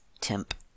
temp